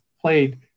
played